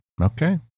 Okay